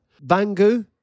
Bangu